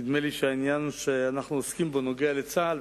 נדמה לי שהעניין שאנו עוסקים בו נוגע לצה"ל,